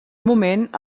moment